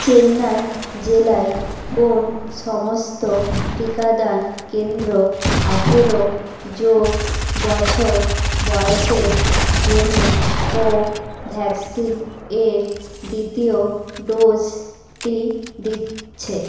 চেন্নাই জেলায় কোন সমস্ত টিকাদান কেন্দ্র আঠেরো যোগ বছর বয়েসের জন্য কোভ্যাক্সিন এর দ্বিতীয় ডোজটি দিচ্ছে